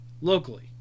locally